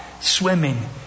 swimming